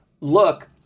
look